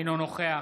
אינו נוכח